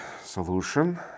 solution